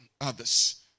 others